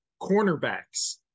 cornerbacks